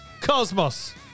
cosmos